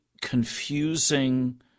confusing